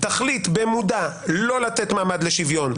לא לתכלית ראויה -- לא לתכלית ראויה,